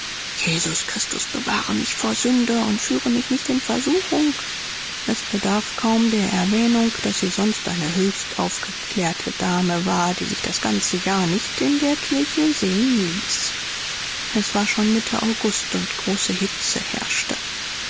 jesus christus bewahre mich vor sünde und führe mich nicht in versuchung es bedarf kaum der erwähnung daß sie sonst eine höchst aufgeklärte dame war die sich das ganze jahr nicht in der kirche sehen ließ es war schon mitte august und große hitze herrschte